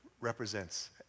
represents